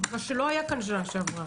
מה שלא היה כאן בשנה שעברה.